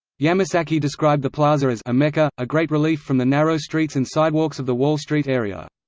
yamasaki described the plaza as a mecca, a great relief from the narrow streets and sidewalks of the wall street area.